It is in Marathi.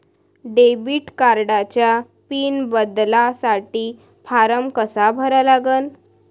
डेबिट कार्डचा पिन बदलासाठी फारम कसा भरा लागन?